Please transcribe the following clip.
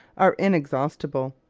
are inexhaustible.